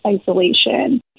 isolation